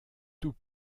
tout